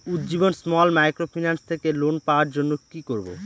Ujjivan small microfinance থেকে loan পাওয়ার জন্য কি করব?